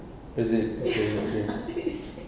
is it